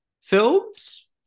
films